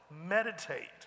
meditate